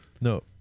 no